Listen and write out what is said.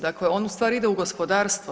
Dakle, on u stvari ide u gospodarstvo.